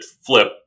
flip